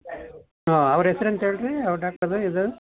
ಅವರ ಹೆಸರು ಎಂತ ಹೇಳ್ರಿ ಅವರ ಡಾಕ್ಟರ್ದು ಇದು